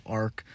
arc